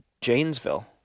Janesville